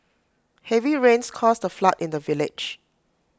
heavy rains caused A flood in the village